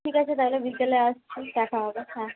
ঠিক আছে তাহলে বিকেলে আসছি দেখা হবে হ্যাঁ